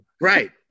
Right